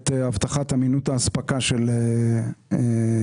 את הבטחת אמינות האספקה של החשמל,